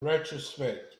retrospect